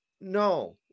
no